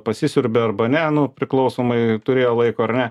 pasisiurbė arba ne nu priklausomai turėjo laiko ar ne